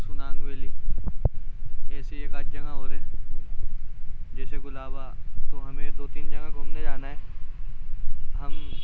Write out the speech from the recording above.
سنانگ valley ایسی ایک آدھ جگہ اور ہے جیسے گلاوا تو ہمیں دو تین جگہ گھومنے جانا ہے ہم